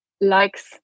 likes